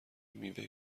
میوه